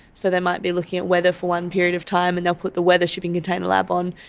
so there might be looking at weather for one period of time and they'll put the weather shipping container lab on,